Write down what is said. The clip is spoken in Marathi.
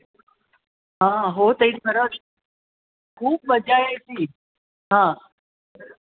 हां हो ते खरंच खूप मज्जा यायची हां